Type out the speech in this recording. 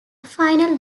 final